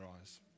eyes